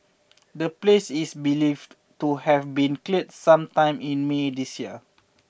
the place is believed to have been cleared some time in May this year